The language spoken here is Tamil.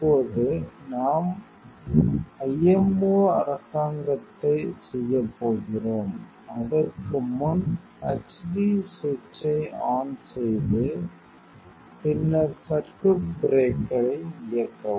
இப்போது நாம் IMO அரசாங்கத்தைச் செய்யப் போகிறோம் அதற்கு முன் h d சுவிட்சை ஆன் செய்து பின்னர் சர்க்யூட் பிரேக்கரை இயக்கவும்